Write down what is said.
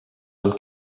amb